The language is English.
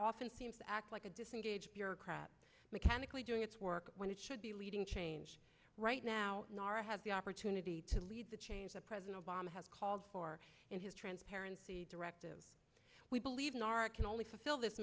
often seems to act like a disengaged bureaucrat mechanically doing its work when it should be leading change right now i have the opportunity to lead the change that president obama has called for in his transparency directive we believe in are can only fulfill